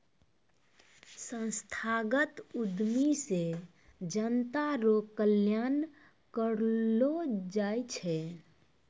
संस्थागत उद्यमी से जनता रो कल्याण करलौ जाय छै